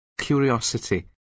curiosity